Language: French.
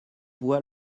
voix